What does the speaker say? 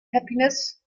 happiness